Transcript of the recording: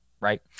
right